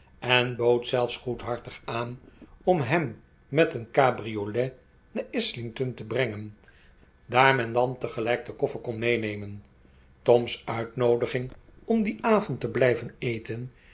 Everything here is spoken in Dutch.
en bood zelfs goedhartig aan om hem met een cabriolet naar islington te brengen daar men dan tegelijk den koffer kon meenemen tom's uitnoodiging om dien avond te blijven eten